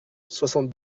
soixante